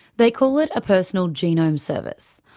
they call it a personal genome service.